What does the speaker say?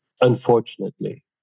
unfortunately